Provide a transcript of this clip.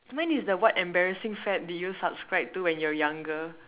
mine is the what embarrassing fad did you subscribe to when you're younger